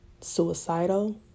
suicidal